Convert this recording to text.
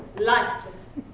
lifeless.